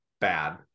bad